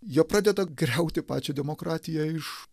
jie pradeda griauti pačią demokratiją iš